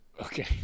Okay